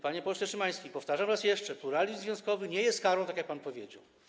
Panie pośle Szymański, powtarzam raz jeszcze: pluralizm związkowy nie jest karą, tak jak pan powiedział.